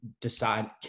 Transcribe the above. decide